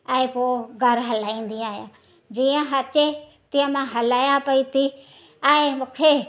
ऐं पोइ घर हलाईंदी आहियां जीअं अचे तीअं मां हलायां पई थी ऐं मूंखे